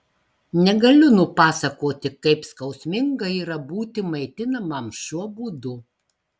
negaliu nupasakoti kaip skausminga yra būti maitinamam šiuo būdu